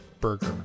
burger